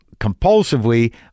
compulsively